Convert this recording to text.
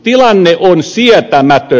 tilanne on sietämätön